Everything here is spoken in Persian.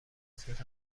قسمت